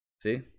See